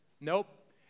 Nope